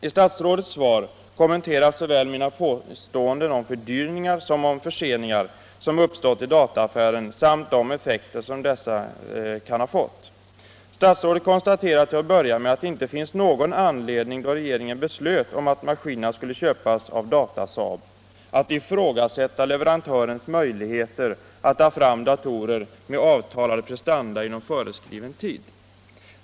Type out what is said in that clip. I statsrådets svar kommenteras mina påståenden såväl om fördyringar som om förseningar som uppstått i dataaffären samt de effekter som dessa kan ha fått. Statsrådet konstaterar till att börja med att det, då regeringen beslöt att maskinerna skulle köpas av Datasaab, inte fanns någon anledning att ifrågasätta leverantörens möjligheter att ta fram datorer med avtalade prestanda inom föreskriven tid.